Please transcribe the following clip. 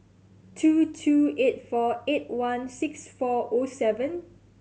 two two eight four eight one six four O seven